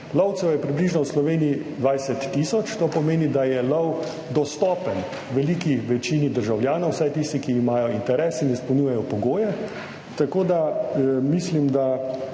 Lovcev je približno v Sloveniji 20 tisoč, to pomeni, da je lov dostopen veliki večini državljanov, vsaj tisti, ki imajo interes in izpolnjujejo pogoje, tako da, mislim da